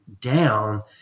down